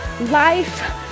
life